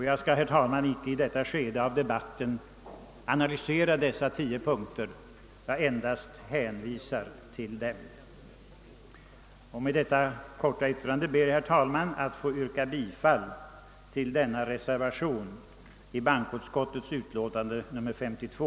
Jag skall, herr talman, icke i detta skede av debatten analysera dessa tio punkter. Jag endast hänvisar till dem. Med detta korta yttrande ber jag, herr talman, att få yrka bifall till reservationen 1 a vid bankoutskottets utlåtande nr 52.